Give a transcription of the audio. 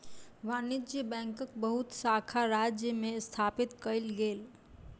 वाणिज्य बैंकक बहुत शाखा राज्य में स्थापित कएल गेल